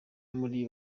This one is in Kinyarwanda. muri